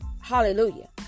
Hallelujah